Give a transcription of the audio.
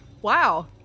Wow